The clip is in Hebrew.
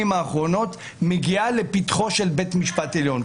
האחרונות מגיעה לפתחו של בית המשפט העליון.